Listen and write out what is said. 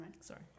Sorry